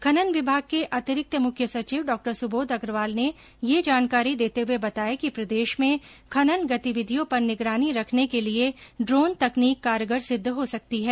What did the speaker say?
खनन विभाग के अतिरिक्त मुख्य सचिव डॉ सुबोध अग्रवाल ने यह जानकारी देते हुए बताया कि प्रदेश में खनन गतिविधियों पर निगरानी रखने के लिए ड्रोन तकनीक कारगर सिद्ध हो सकती है